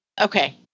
Okay